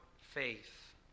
faith